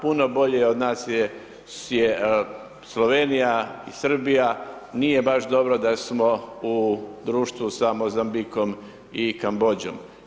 Puno bolji od nas je Slovenija i Srbija, nije baš dobro da smo u društvu sa Mozambikom i Kambodžom.